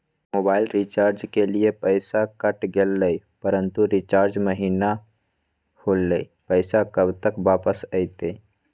Mobile recharge के लिए पैसा कट गेलैय परंतु रिचार्ज महिना होलैय, पैसा कब तक वापस आयते?